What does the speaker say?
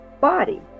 body